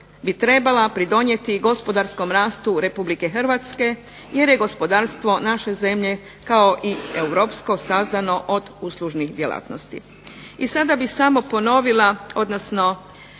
bi trebala pridonijeti gospodarskom rastu RH jer je gospodarstvo naše zemlje kao i europsko sazdano od uslužnih djelatnosti. I sada bih samo ponovila odnosno